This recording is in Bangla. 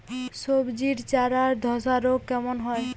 সবজির চারা ধ্বসা রোগ কেন হয়?